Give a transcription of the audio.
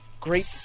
great